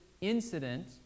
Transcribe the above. incident